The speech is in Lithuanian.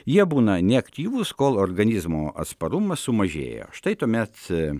jie būna neaktyvūs kol organizmo atsparumas sumažėja štai tuomet